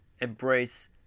embrace